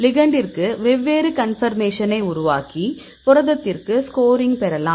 லிகெண்டிற்கு வெவ்வேறு கன்பர்மேஷன்னை உருவாக்கி புரதத்திற்கு ஸ்கோரிங் பெறலாம்